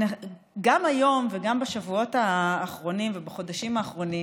גם היום וגם בשבועות האחרונים ובחודשים האחרונים